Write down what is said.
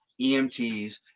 emts